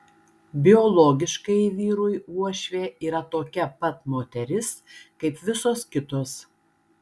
biologiškai vyrui uošvė yra tokia pat moteris kaip visos kitos